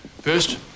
First